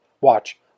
watch